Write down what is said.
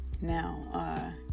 now